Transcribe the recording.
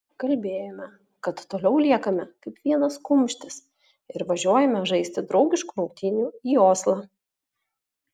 kalbėjome kad toliau liekame kaip vienas kumštis ir važiuojame žaisti draugiškų rungtynių į oslą